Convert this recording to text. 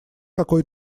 какой